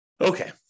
Okay